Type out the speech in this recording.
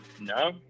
No